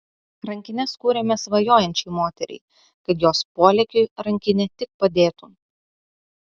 rankines kūrėme svajojančiai moteriai kad jos polėkiui rankinė tik padėtų